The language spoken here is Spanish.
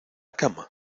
cama